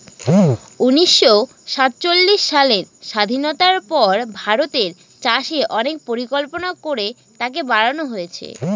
উনিশশো সাতচল্লিশ সালের স্বাধীনতার পর ভারতের চাষে অনেক পরিকল্পনা করে তাকে বাড়নো হয়েছে